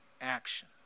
action